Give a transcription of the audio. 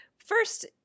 first